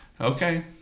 okay